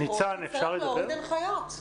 צריך להוריד הנחיות.